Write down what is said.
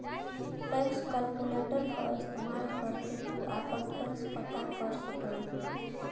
tax calculator क इस्तेमाल करके तू आपन टैक्स पता कर सकला